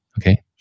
okay